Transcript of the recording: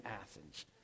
Athens